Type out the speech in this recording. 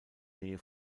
nähe